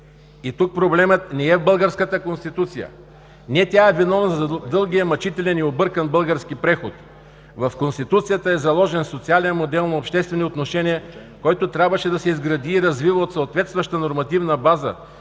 И тук проблемът не е в българската Конституция, не тя е виновна за дългия, мъчителен и объркан български преход. В Конституцията е заложен социален модел на обществени отношения, който трябваше да се изгради и развива от съответстваща нормативна база,